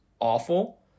Awful